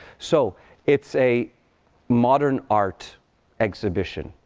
so it's a modern art exhibition.